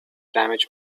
damage